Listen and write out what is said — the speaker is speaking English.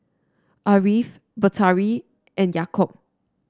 Ariff Batari and Yaakob